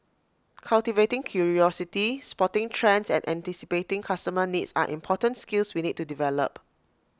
cultivating curiosity spotting trends and anticipating customer needs are important skills we need to develop